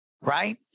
right